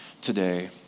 today